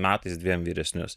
metais dviem vyresnius